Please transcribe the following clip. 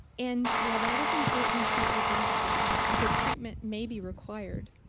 and while that is important to identify because treatment may be required,